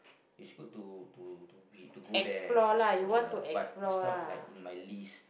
it's good to to to be to go there explore ya but it's not like in my list